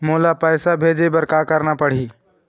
मोला पैसा भेजे बर का करना पड़ही?